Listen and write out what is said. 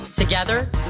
Together